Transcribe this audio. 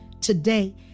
today